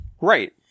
right